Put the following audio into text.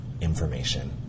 information